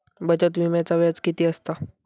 बचत विम्याचा व्याज किती असता?